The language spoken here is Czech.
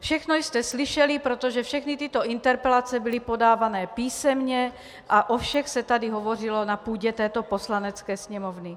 Všechno jste slyšeli, protože všechny tyto interpelace byly podávány písemně a o všech se hovořilo na půdě této Poslanecké sněmovny.